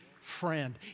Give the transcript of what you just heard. friend